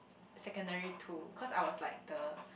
secondary two because I was like the